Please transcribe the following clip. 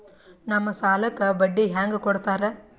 ನಮ್ ಸಾಲಕ್ ಬಡ್ಡಿ ಹ್ಯಾಂಗ ಕೊಡ್ತಾರ?